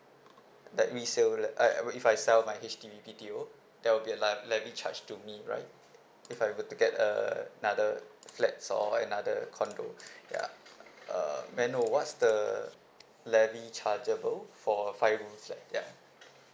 like resale flat uh if I sell my H_D_B B_T_O there will be a levy charged to me right if I were to get uh another flats or buy another condo ya uh may I know what's the levy chargeable for five room flat ya